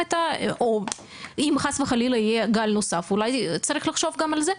או אם חס וחלילה יהיה גל נוסף צריך יהיה לחשוב גם על זה.